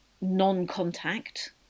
non-contact